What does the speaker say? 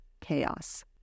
chaos